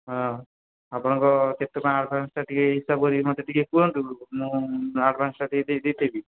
ହଁ ଆପଣଙ୍କ କେତେ କ'ଣ ଆଡ଼ଭାନ୍ସଟା ଟିକିଏ ହିସାବ କରିକି ମୋତେ ଟିକିଏ କୁହନ୍ତୁ ମୁଁ ଆଡ଼ଭାନ୍ସଟା ଟିକିଏ ଦେଇ ଦେଇଥିବି